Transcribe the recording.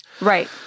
Right